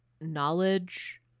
knowledge